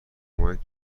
کمک